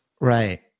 Right